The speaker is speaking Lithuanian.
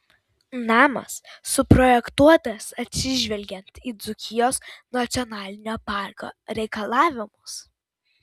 namas suprojektuotas atsižvelgiant į dzūkijos nacionalinio parko reikalavimus